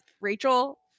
rachel